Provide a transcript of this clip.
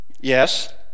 yes